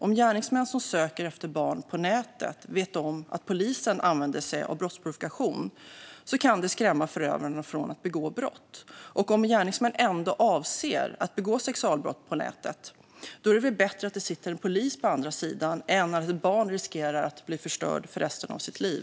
Om gärningsmän som söker efter barn på nätet vet om att polisen använder sig av brottsprovokation kan det avskräcka förövarna från att begå brott. Och om gärningsmän ändå avser att begå sexualbrott på nätet är det väl bättre att det sitter en polis på andra sidan än att ett barn riskerar att bli förstört för resten av sitt liv?